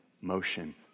motion